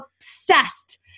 obsessed